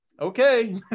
okay